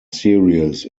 series